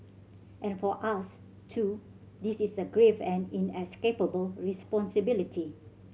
and for us too this is a grave and inescapable responsibility